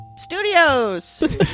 studios